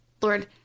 Lord